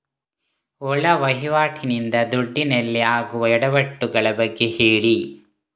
ಒಳ ವಹಿವಾಟಿ ನಿಂದ ದುಡ್ಡಿನಲ್ಲಿ ಆಗುವ ಎಡವಟ್ಟು ಗಳ ಬಗ್ಗೆ ಹೇಳಿ